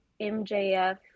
MJF